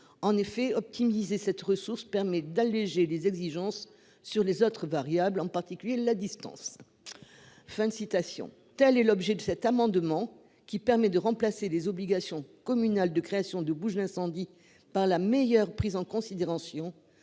en effet optimiser cette ressource permet d'alléger les exigences sur les autres variables en particulier la distance. Fin de citation. Telle est l'objet de cet amendement qui permet de remplacer les obligations communales de création de bouche d'incendie par la meilleure prise en considération